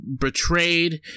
betrayed